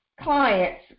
clients